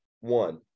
one